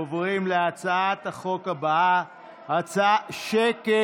עוברים להצעת החוק הבאה, שקט.